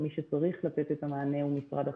מי שצריך לתת את המענה הוא משרד החינוך.